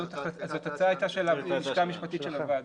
זו הייתה ההצעה של הלשכה המשפטית של הוועדה.